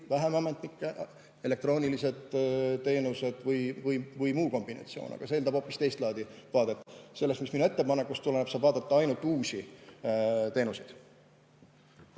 vähem ametnikke, elektroonilised teenused või muu kombinatsioon. Aga see eeldab hoopis teist laadi vaadet. Sellest, mis minu ettepanekust tuleneb, saab vaadata ainult uusi teenuseid.